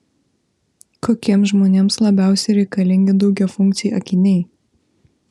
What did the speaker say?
kokiems žmonėms labiausiai reikalingi daugiafunkciai akiniai